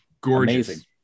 Gorgeous